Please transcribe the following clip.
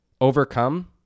overcome